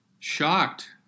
shocked